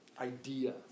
idea